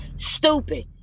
stupid